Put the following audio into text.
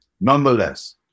nonetheless